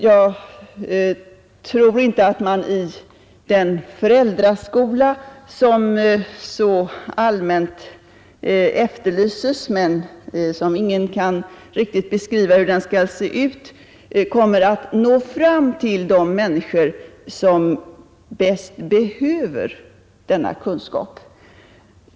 Jag tror inte att man i den föräldraskola, som så allmänt efterlyses men som ingen riktigt kan beskriva, kommer att kunna nå fram till de människor som bäst behöver denna kunskap.